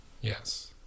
Yes